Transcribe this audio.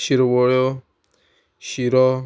शिरवळ्यो शिरो